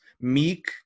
Meek